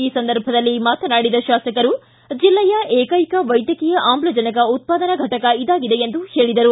ಈ ಸಂದರ್ಭದಲ್ಲಿ ಮಾತನಾಡಿದ ಶಾಸಕರು ಜಿಲ್ಲೆಯ ಏಕೈಕ ವೈದ್ವಕೀಯ ಆಮ್ಲಜನಕ ಉತ್ಪಾದನಾ ಘಟಕ ಇದಾಗಿದೆ ಎಂದು ತಿಳಿಸಿದರು